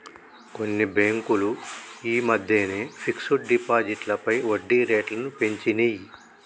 కొన్ని బ్యేంకులు యీ మద్దెనే ఫిక్స్డ్ డిపాజిట్లపై వడ్డీరేట్లను పెంచినియ్